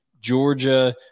Georgia